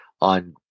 on